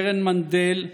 קרן מנדל,